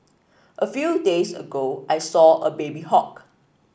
a few days ago I saw a baby hawk